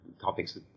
topics